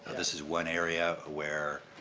this is one area where